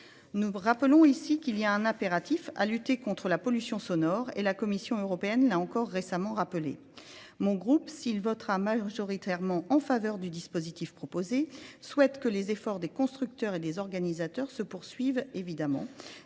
Nous rappelons ici qu'il y a un apératif à lutter contre la pollution sonore et la Commission européenne l'a encore récemment rappelé. Mon groupe, s'il votera majoritairement en faveur du dispositif proposé, souhaite que les efforts des constructeurs et des organisateurs se poursuivent évidemment.